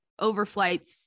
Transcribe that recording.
overflights